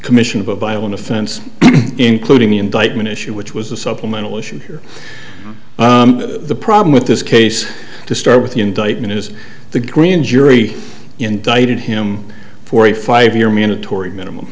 commission of a violent offense including the indictment issue which was a supplemental issue here the problem with this case to start with the indictment is the green jury indicted him for a five year mandatory minimum